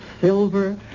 silver